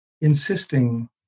insisting